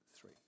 three